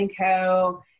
Co